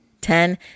Ten